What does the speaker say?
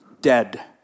Dead